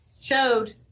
showed